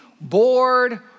bored